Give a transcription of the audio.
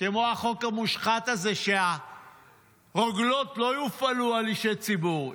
כמו החוק המושחת הזה שהרוגלות לא יופעלו על אישי ציבור.